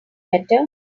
better